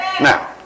Now